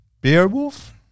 Beowulf